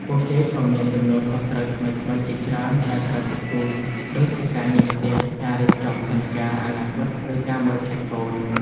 ពួកគេក៏មានទំនួលខុសត្រូវថ្មីៗជាច្រើនដែលត្រូវគិតគូរ ដូចជាការងារផ្ទះ ការរៀបចំផែនការអនាគត ឬការមើលថែកូន ។